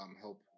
help